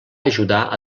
ajudar